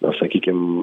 na sakykim